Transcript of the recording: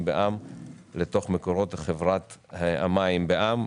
בע"מ לתוך מקורות חברת המים בע"מ.